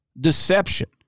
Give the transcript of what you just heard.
deception